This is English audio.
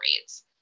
rates